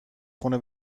خونه